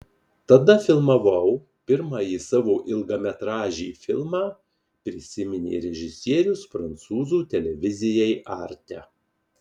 tada filmavau pirmąjį savo ilgametražį filmą prisiminė režisierius prancūzų televizijai arte